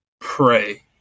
pray